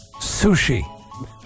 sushi